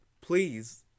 Please